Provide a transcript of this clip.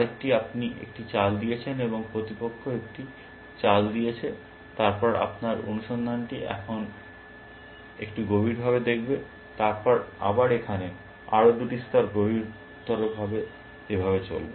কারণ আপনি একটি চাল দিয়েছেন এবং প্রতিপক্ষ একটি চাল দিয়েছে তারপর আপনার অনুসন্ধানটি এখন একটু গভীরভাবে দেখবে তারপরে আবার এখানে আরও দুটি স্তর গভীরতর এভাবে চলবে